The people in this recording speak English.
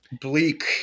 Bleak